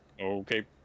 Okay